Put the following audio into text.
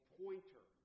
pointer